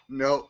no